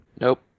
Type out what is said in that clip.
Nope